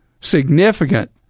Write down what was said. significant